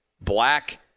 black